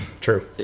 True